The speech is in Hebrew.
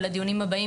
לדיונים הבאים,